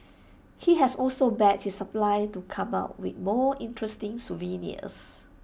he has also begged his suppliers to come up with more interesting souvenirs